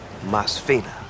Masfina